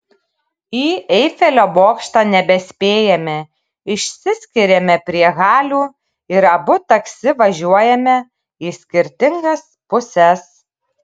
į eifelio bokštą nebespėjame išsiskiriame prie halių ir abu taksi važiuojame į skirtingas puses